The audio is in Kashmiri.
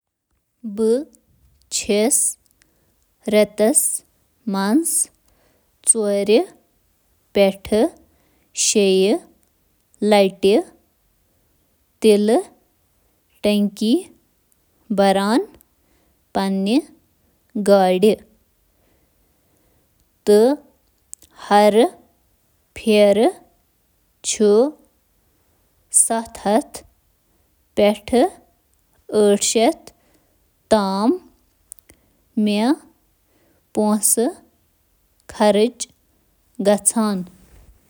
بہٕ چھُس/چھَس پنُن کار ٹینک رٮ۪تس منٛز دۄیہِ لَٹہِ بٔرِتھ ییٚمیُک قۭمت کم از کم. ترے ساس, چھُ۔